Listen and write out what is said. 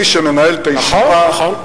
מי שמנהל את הישיבה, נכון, נכון.